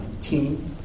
team